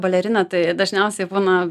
balerina tai dažniausiai būna